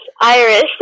Irish